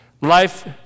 life